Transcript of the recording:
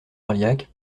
orliac